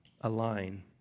align